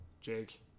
Jake